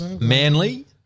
Manly